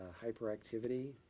hyperactivity